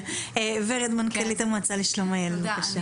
ורד, מנכ"לית המועצה לשלום הילד, בבקשה.